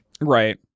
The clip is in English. Right